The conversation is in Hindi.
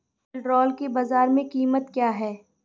सिल्ड्राल की बाजार में कीमत क्या है?